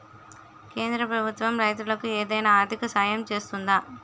కేంద్ర ప్రభుత్వం రైతులకు ఏమైనా ఆర్థిక సాయం చేస్తుందా?